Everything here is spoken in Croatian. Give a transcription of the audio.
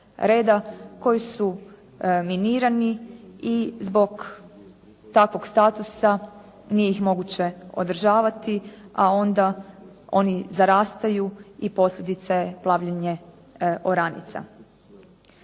koji su minirani i zbog takvog statusa nije ih moguće održavati, a onda oni zarastaju i posljedica je plavljenje oranica.